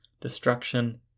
destruction